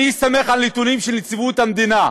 אני סומך על הנתונים של נציבות שירות המדינה,